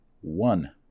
one